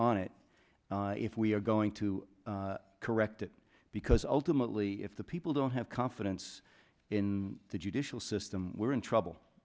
on it if we're going to correct it because ultimately if the people don't have confidence in the judicial system we're in trouble